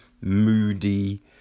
Moody